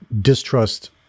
distrust